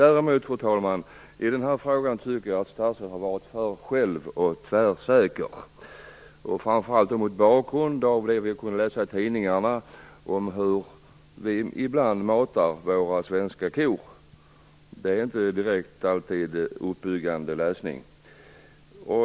Fru talman! I den här frågan tycker jag däremot att statsrådet har varit för själv och tvärsäker. Det tycker jag framför allt mot bakgrund av det vi har kunnat läsa i tidningarna om hur vi ibland matar våra svenska kor. Det är inte alltid en uppbyggande läsning.